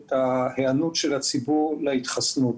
את היענות הציבור להתחסנות.